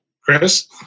Chris